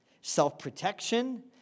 self-protection